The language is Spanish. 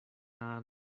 nada